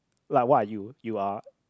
like what are you you are